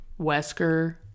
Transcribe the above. wesker